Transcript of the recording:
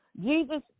Jesus